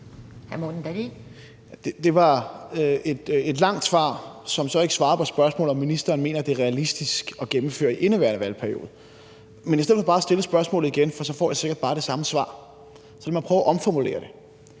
Det var et langt svar, som så ikke var et svar på spørgsmålet, om ministeren mener, det er realistisk at gennemføre i indeværende valgperiode. Men i stedet for bare at stille spørgsmålet igen – for så får jeg sikkert bare det samme svar – så lad mig prøve at omformulere det: